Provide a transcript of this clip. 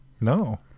No